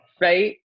right